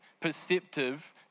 perceptive